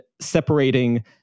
separating